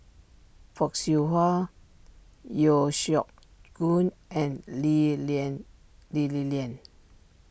Fock Siew Wah Yeo Siak Goon and Lee Lian Lee Li Lian